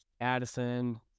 Addison